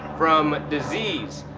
from disease.